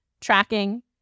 tracking